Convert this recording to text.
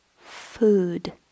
food